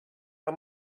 how